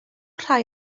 rhai